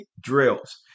drills